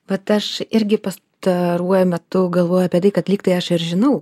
vat aš irgi pastaruoju metu galvoju apie tai kad lyg tai aš ir žinau